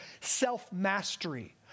self-mastery